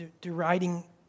deriding